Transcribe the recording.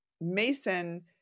Mason